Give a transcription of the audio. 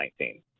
2019